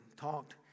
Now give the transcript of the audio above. talked